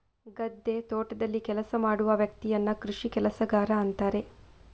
ಗದ್ದೆ, ತೋಟದಲ್ಲಿ ಕೆಲಸ ಮಾಡುವ ವ್ಯಕ್ತಿಯನ್ನ ಕೃಷಿ ಕೆಲಸಗಾರ ಅಂತಾರೆ